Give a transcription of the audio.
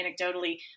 anecdotally